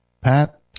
Pat